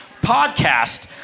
podcast